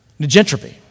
negentropy